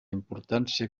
importància